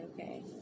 okay